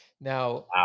now